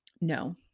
No